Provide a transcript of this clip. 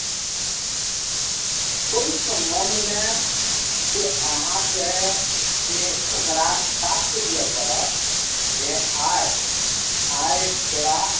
ओहि सम्बन्धमे से अहाँकेँ से ओकरा टास्क दिअ पड़त जे आइ आइ तोरा